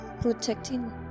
Protecting